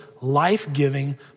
life-giving